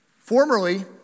Formerly